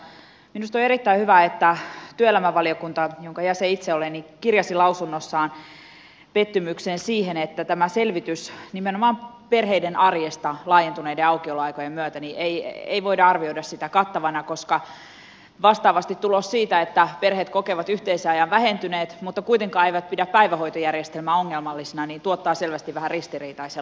minusta on erittäin hyvä että työelämävaliokunta jonka jäsen itse olen kirjasi lausunnossaan pettymyksen siihen että tätä selvitystä nimenomaan perheiden arjesta laajentuneiden aukioloaikojen myötä ei voida arvioida kattavaksi koska vastaavasti tulos siitä että perheet kokevat yhteisen ajan vähentyneen mutta kuitenkaan eivät pidä päivähoitojärjestelmää ongelmallisena tuottaa selvästi vähän ristiriitaisen lopputuloksen